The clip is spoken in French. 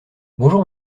bonjour